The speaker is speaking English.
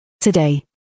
today